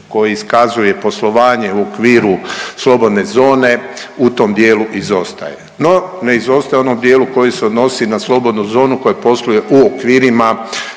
koji iskazuje poslovanje u okviru slobodne zone u tom dijelu izostaje. No, ne izostaje u onom dijelu koji se odnosi na slobodnu zonu koja posluje u okvirima